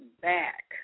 back